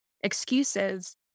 excuses